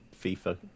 FIFA